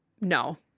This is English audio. no